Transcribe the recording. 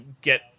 get